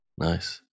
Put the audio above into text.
Nice